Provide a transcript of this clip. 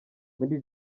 muri